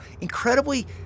incredibly